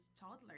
toddler